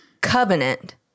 covenant